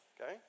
Okay